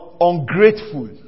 ungrateful